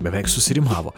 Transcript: beveik susirimavo